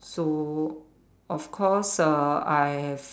so of course uh I have